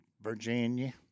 Virginia